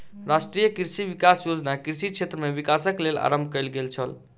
राष्ट्रीय कृषि विकास योजना कृषि क्षेत्र में विकासक लेल आरम्भ कयल गेल छल